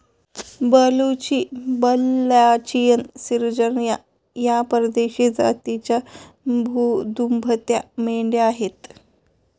बलुची, बल्लाचियन, सिर्गजा या परदेशी जातीच्या दुभत्या मेंढ्या आहेत